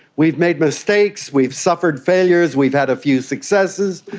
we've made mistakes, we've suffered failures, we've had a few successes.